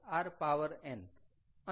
અને છેદ શું થશે